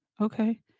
okay